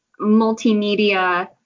multimedia